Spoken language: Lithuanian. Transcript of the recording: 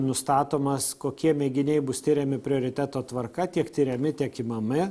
nustatomas kokie mėginiai bus tiriami prioriteto tvarka tiek tiriami tiek imami